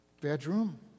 bedroom